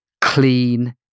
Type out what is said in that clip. clean